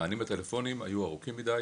המענים לטלפונים היו ארוכים מידי